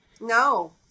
No